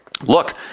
look